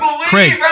Craig